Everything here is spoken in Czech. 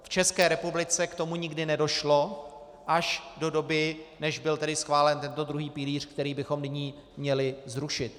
V České republice k tomu nikdy nedošlo až do doby, než byl tedy schválen tento druhý pilíř, který bychom nyní měli zrušit.